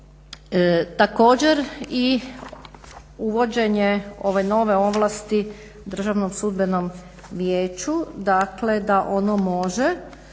Također i uvođenje ove nove ovlasti Državnom sudbenom vijeću, dakle da ono može